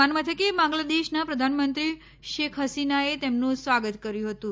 વિમાન મથકે બાંગ્લાદેશનાં પ્રધાનમંત્રી શેખ હસીના એ તેમનું સ્વાગત કર્યું હતું